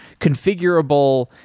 configurable